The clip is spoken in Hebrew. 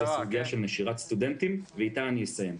זו הסוגיה של נשירת סטודנטים ואיתה אני אסיים.